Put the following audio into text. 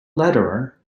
lederer